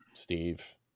Steve